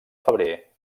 febrer